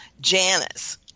Janice